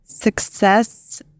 success